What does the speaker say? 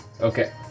Okay